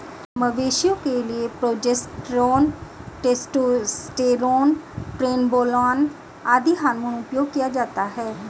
मवेशियों के लिए प्रोजेस्टेरोन, टेस्टोस्टेरोन, ट्रेनबोलोन आदि हार्मोन उपयोग किया जाता है